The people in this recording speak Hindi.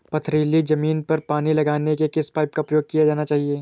पथरीली ज़मीन पर पानी लगाने के किस पाइप का प्रयोग किया जाना चाहिए?